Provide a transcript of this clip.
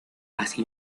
así